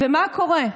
ומה קורה?